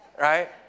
right